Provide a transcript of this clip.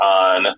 on